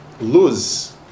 Luz